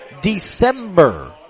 December